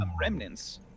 remnants